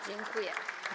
Dziękuję.